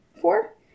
four